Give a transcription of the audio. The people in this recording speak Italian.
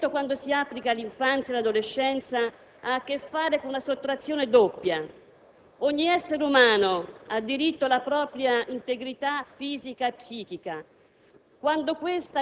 Lo sfruttamento, quando si applica all'infanzia e all'adolescenza, ha a che fare con una sottrazione doppia. Ogni essere umano ha diritto alla propria integrità fisica e psichica;